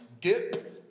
dip